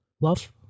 Love